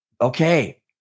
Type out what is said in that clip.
okay